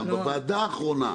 בוועדה האחרונה,